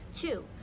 Two